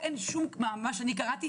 שיעור הקפיטציה.